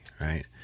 Right